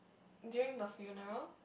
during the funeral